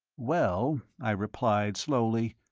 well, i replied, slowly,